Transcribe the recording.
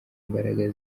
mbaraga